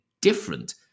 different